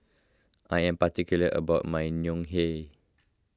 I am particular about my Ngoh Hiang